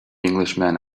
englishman